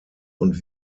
und